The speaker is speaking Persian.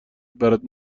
برات